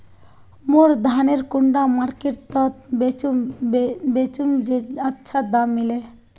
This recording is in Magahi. मोर धानेर कुंडा मार्केट त बेचुम बेचुम जे अच्छा दाम मिले?